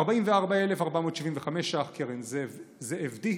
44,475 שקלים מקרן ZFD,